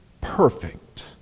perfect